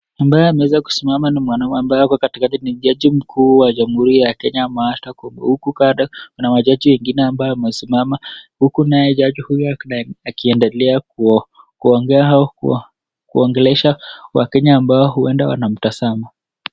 Ambaye ameweza kusimama ni mwanaume, ambaye ako katikakti ni jaji mkuu wa Jamhuri ya Kenya Martha. Huku kando kuna mamaji wengine wamesiamama, huku jaji huyu akiendelea kuongelesha wakenya ambao wanamtazama.